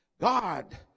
God